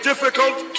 difficult